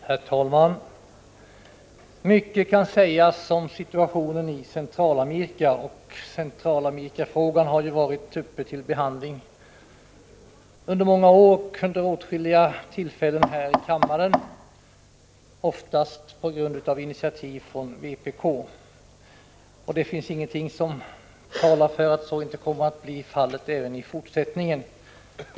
Herr talman! Mycket kan sägas om situationen i Centralamerika. Centralamerikafrågan har ju varit uppe till behandling under många år, och vid åtskilliga tillfällen har det förekommit debatt här i kammaren, oftast på initiativ av vpk. Det finns ingenting som inte talar för att så blir fallet även i fortsättningen.